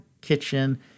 kitchen